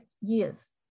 years